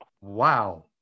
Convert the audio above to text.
wow